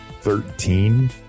Thirteen